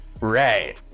right